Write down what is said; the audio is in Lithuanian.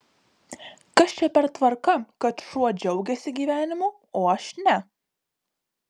kas čia per tvarka kad šuo džiaugiasi gyvenimu o aš ne